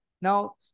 now